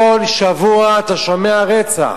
כל שבוע אתה שומע רצח.